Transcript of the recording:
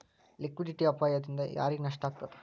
Liquidity ಅಪಾಯ ದಿಂದಾ ಯಾರಿಗ್ ನಷ್ಟ ಆಗ್ತದ?